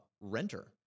renter